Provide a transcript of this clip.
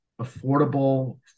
affordable